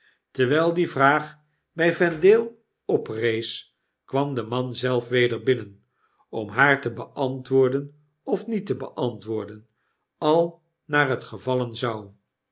terwijl die vraag bg vendale oprees kwam de man zelf weder binnen om haar te beantwoorden of niet te beantwoorden al naar het vallen zou